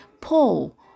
paul